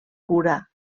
cura